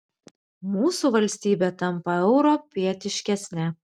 mūsų valstybė tampa europietiškesne